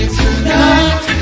tonight